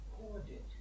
recorded